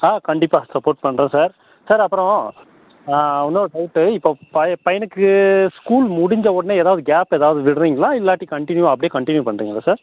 ஆ கண்டிப்பாக சப்போர்ட் பண்ணுறன் sir sir அப்புறோம் இன்னும் ஒரு டவுட்டு இப்போ பையனுக்கு ஸ்கூல் முடிஞ்ச உட்னே எதாவது கேப் எதாவது விட்றிங்களா இல்லாட்டி கன்டினியுவாக அப்படே கன்டினியூ பண்றிங்களா சார்